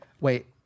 Wait